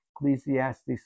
Ecclesiastes